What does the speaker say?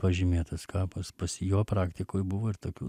pažymėtas kapas pas jo praktikoj buvo ir tokių